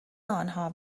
آنها